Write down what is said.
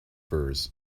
firs